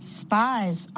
spies